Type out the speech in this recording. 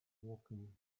woking